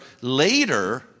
later